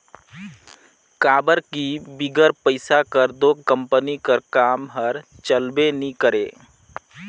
काबर कि बिगर पइसा कर दो कंपनी कर काम हर चलबे नी करे